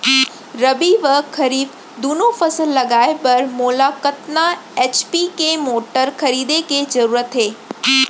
रबि व खरीफ दुनो फसल लगाए बर मोला कतना एच.पी के मोटर खरीदे के जरूरत हे?